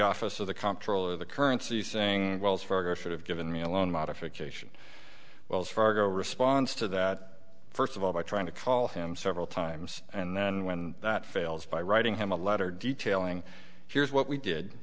office of the comptroller of the currency saying wells fargo should have given me a loan modification wells fargo response to that first of all by trying to call him several times and then when that fails by writing him a letter detailing here's what we did